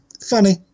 Funny